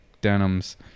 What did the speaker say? denims